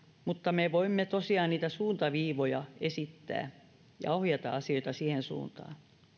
mutta me voimme tosiaan niitä suuntaviivoja esittää ja ohjata asioita siihen suuntaan